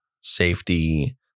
safety